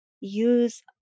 use